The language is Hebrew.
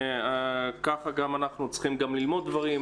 כך אנחנו גם צריכים ללמוד דברים,